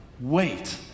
wait